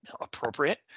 appropriate